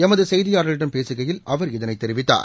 எமது செய்தியாளரிடம் பேசுகையில் அவர் இதனைத் தெரிவித்தார்